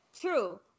True